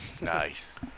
Nice